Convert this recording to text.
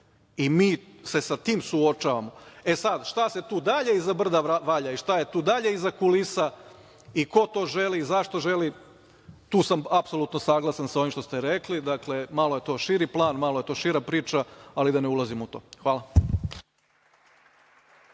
i mi se sa tim suočavamo. Sad, šta se tu dalje iza brda valja i šta je tu dalje iza kulisa i ko to želi i zašto želi, tu sam apsolutno saglasan sa ovim što ste rekli. Malo je to širi plan, malo je to šira priča, ali da ne ulazim u to. Hvala.